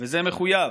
וזה מחויב.